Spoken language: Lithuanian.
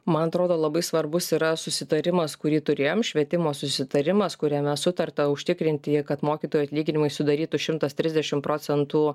man atrodo labai svarbus yra susitarimas kurį turėjom švietimo susitarimas kuriame sutarta užtikrinti kad mokytojų atlyginimai sudarytų šimtas trisdešim procentų